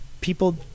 people